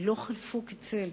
לא חלפו כצל,